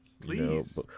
please